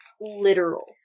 literal